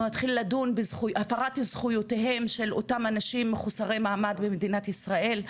נתחיל לדון בהפרת זכויותיהם של אותם אנשים מחוסרי מעמד במדינת ישראל,